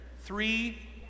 Three